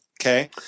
Okay